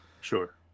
Sure